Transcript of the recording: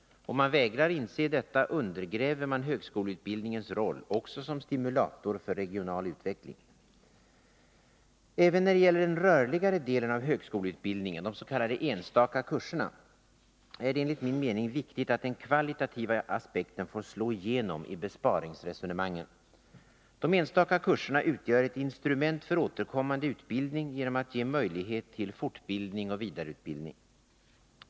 Om man vägrar inse detta, undergräver man högskoleutbildningens roll också som stimulator för regional utveckling. Även när det gäller den rörligare delen av högskoleutbildningen, de s.k. enstaka kurserna, är det enligt min mening viktigt att den kvalitativa aspekten får slå igenom i besparingsresonemangen. De enstaka kurserna utgör ett instrument för återkommande utbildning genom att de ger Nr 46 möjlighet till fortbildning och vidareutbildning.